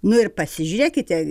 nu ir pasižiūrėkite